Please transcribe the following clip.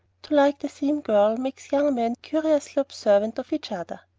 to like the same girl makes young men curiously observant of each other.